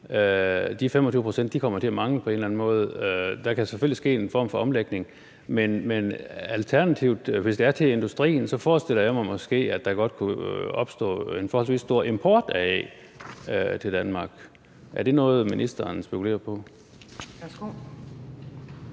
de 25 pct. kommer til at mangle på en eller anden måde. Der kan selvfølgelig ske en form for omlægning, men alternativt, hvis det er til industrien, forestiller jeg mig måske, at der godt kunne opstå en forholdsvis stor import af æg til Danmark. Er det noget, som ministeren spekulerer på?